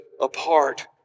apart